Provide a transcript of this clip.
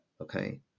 okay